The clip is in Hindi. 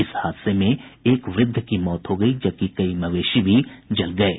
इस हादसे में एक वृद्ध की मौत हो गयी जबकि कई मवेशी भी जल गये